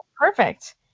perfect